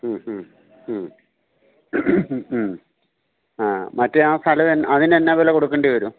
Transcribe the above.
മ്മ്മ്മ് മ്മ് മ്മ് ആ മറ്റേ ആ സ്ഥലം അതിന് എന്ത് വില കൊടുക്കേണ്ടി വരും